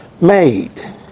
made